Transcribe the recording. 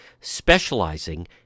specializing